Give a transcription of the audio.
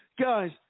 Guys